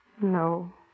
No